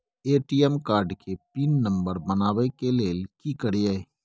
ATM card के pin number बनाबै के लेल की करिए?